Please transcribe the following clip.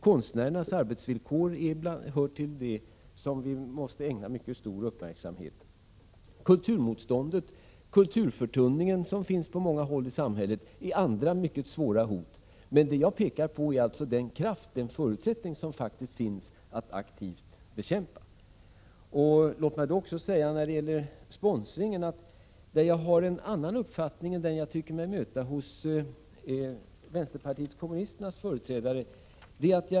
Konstnärernas arbetsvillkor hör de till frågor som vi måste ägna mycket stor uppmärksamhet. Det kulturmotstånd och den kulturförtunning som finns på många håll i samhället är andra mycket svåra hot. Men det jag pekar på är den kraft, den förutsättning, som faktiskt finns att aktivt bekämpa dessa företeelser. När det gäller sponsringen har jag en annan uppfattning än den jag tycker mig möta hos vänsterpartiet kommunisternas företrädare.